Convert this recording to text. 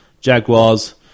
Jaguars